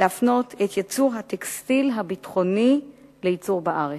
להפנות את ייצור הטקסטיל הביטחוני לייצור בארץ.